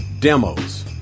demos